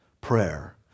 prayer